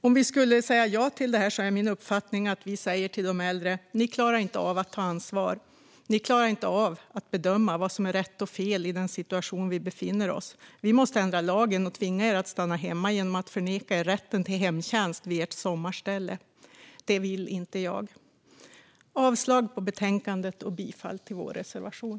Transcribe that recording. Min uppfattning är att vi om vi skulle säga ja till detta skulle säga till de äldre: "Ni klarar inte av att ta ansvar. Ni klarar inte av att bedöma vad som är rätt och fel i den situation vi befinner oss i. Vi måste ändra lagen och tvinga er att stanna hemma genom att förneka er rätten till hemtjänst vid ert sommarställe." Det vill inte jag. Jag yrkar avslag på förslaget i betänkandet och bifall till vår reservation.